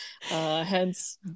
hence